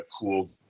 cool